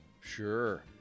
Sure